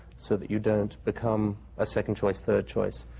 so that you don't become a second choice, third choice,